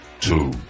two